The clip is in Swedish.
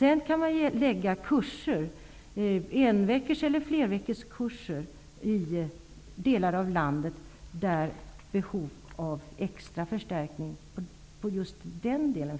Enveckors eller flerveckors kurser kan läggas ut i de delar av landet där det finns ett behov av extra förstärkning i just detta avseende.